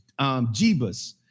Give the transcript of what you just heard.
Jebus